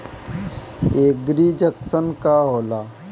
एगरी junction का होला?